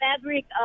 fabric